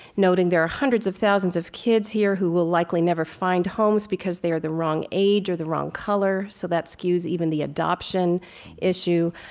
noting there are hundreds of thousands of kids here who will likely never find homes, because they are the wrong age or the wrong color. so that skews even the adoption issue.